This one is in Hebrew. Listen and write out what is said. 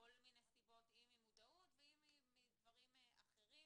מכל מיני סיבות, אם ממודעות ואם מדברים אחרים.